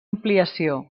ampliació